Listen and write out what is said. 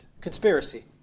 Conspiracy